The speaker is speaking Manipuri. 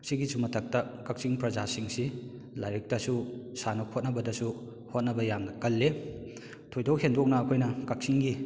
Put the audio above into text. ꯑꯁꯤꯒꯤꯁꯨ ꯃꯊꯛꯇ ꯀꯛꯆꯤꯡ ꯄ꯭ꯔꯖꯥꯁꯤꯡꯁꯤ ꯂꯥꯏꯔꯤꯛꯇꯁꯨ ꯁꯥꯟꯅ ꯈꯣꯠꯅꯕꯗꯁꯨ ꯍꯣꯠꯅꯕ ꯌꯥꯝꯅ ꯀꯜꯂꯤ ꯊꯣꯏꯗꯣꯛ ꯍꯦꯟꯗꯣꯛꯅ ꯑꯩꯈꯣꯏꯅ ꯀꯛꯆꯤꯡꯒꯤ